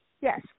yes